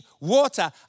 water